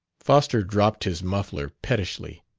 foster dropped his muffler pettishly.